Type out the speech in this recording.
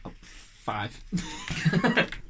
five